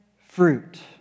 fruit